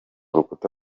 urukuta